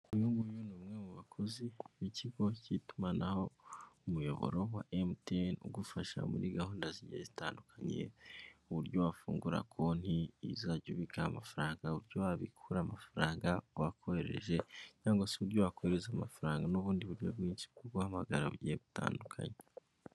Uyu nguyu ni umwe mu bakozi b'ikigo cy'itumanaho umuyoboro wa MTN, ugufasha muri gahunda zigiye zitandukanye, uburyo wafungura konti uzajya ubikaho amafaranga, uburyo wabikura amafaranga bakohereje cyangwa se uburyo wakohereza amafaranga n'ubundi buryo bwinshi bwo guhamagara bugiye bitandukanye.